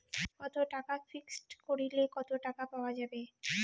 কত টাকা ফিক্সড করিলে কত টাকা পাওয়া যাবে?